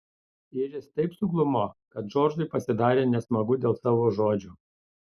iris taip suglumo kad džordžui pasidarė nesmagu dėl savo žodžių